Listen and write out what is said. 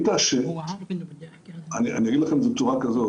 אני אגיד בצורה כזו